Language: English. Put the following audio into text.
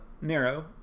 Narrow